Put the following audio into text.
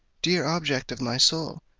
dear object of my soul,